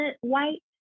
white